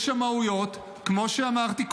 יש שמאויות, כמו שאמרתי קודם,